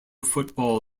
football